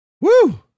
Woo